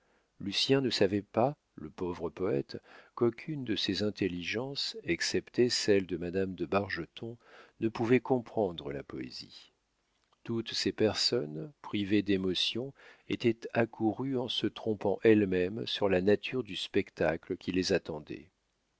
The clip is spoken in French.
baron lucien ne savait pas le pauvre poète qu'aucune de ces intelligences excepté celle de madame de bargeton ne pouvait comprendre la poésie toutes ces personnes privées d'émotions étaient accourues en se trompant elles-mêmes sur la nature du spectacle qui les attendait